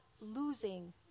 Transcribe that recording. losing